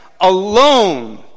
alone